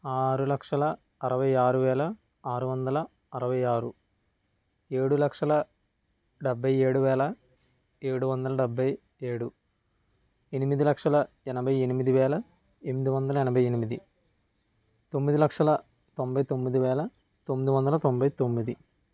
ఆరు లక్షల ఆరవై ఆరు వేల ఆరు వందల ఆరవై ఆరు ఏడు లక్షల డెబ్బై ఏడు వేల ఏడు వందల డెబ్బై ఏడు ఎనిమిది లక్షల ఎనబై ఎనిమిది వేల ఎనిమిది వందల ఎనబై ఎనిమిది తొమ్మిది లక్షల తొంబై తొమ్మిది వేల తొమ్మిది వందల తొంబై తొమ్మిది